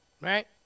right